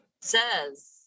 says